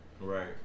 Right